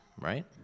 right